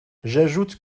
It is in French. j’ajoute